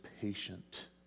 patient